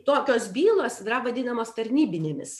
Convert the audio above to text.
tokios bylos yra vadinamos tarnybinėmis